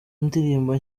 ndirimbo